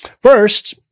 First